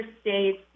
states